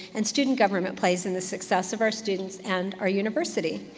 and student government plays in the success of our students and our university.